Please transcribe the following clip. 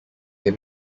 they